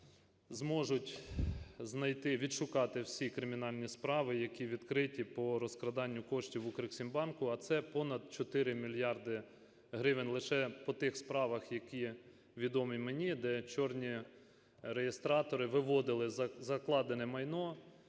знайти, відшукати всі кримінальні справи, які відкриті по розкраданню коштів в "Укрексімбанку", а це понад 4 мільярдів гривень лише по тих справах, які відомі мені, де "чорні" реєстратори виводили закладене майно